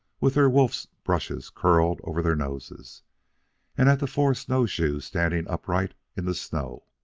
with their wolf's brushes curled over their noses, and at the four snowshoes standing upright in the snow.